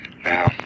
Now